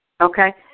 Okay